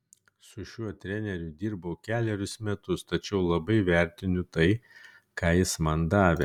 su šiuo treneriu dirbau kelerius metus tačiau labai vertinu tai ką jis man davė